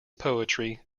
poetry